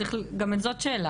גם זאת שאלה.